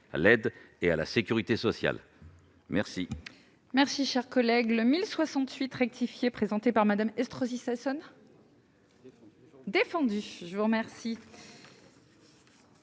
à l'aide et à la sécurité sociale. La